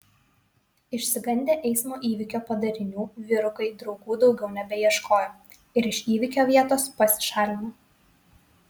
išsigandę eismo įvykio padarinių vyrukai draugų daugiau nebeieškojo ir iš įvykio vietos pasišalino